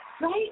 Right